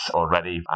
already